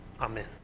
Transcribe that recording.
Amen